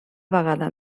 vegada